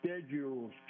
schedules